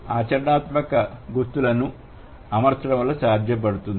ఆచరణాత్మక గుర్తులను అమర్చడం వల్ల సాధ్యపడుతుంది